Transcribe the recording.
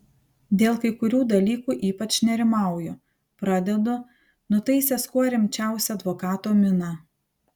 dėl kai kurių dalykų ypač nerimauju pradedu nutaisęs kuo rimčiausią advokato miną